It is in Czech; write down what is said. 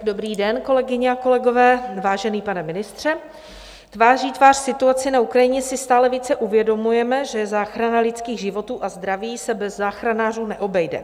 Dobrý den, kolegyně a kolegové, vážený pane ministře, tváří v tvář situaci na Ukrajině si stále více uvědomujeme, že záchrana lidských životů a zdraví se bez záchranářů neobejde.